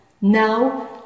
now